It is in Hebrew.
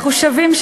אנחנו שווים,